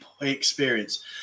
experience